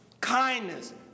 kindness